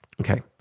Okay